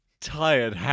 Tired